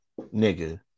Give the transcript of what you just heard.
Nigga